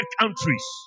countries